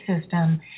system